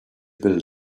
build